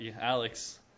Alex